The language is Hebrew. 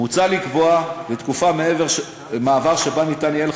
מוצע לקבוע תקופת מעבר שבה יהיה אפשר